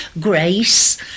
Grace